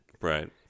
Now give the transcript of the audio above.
right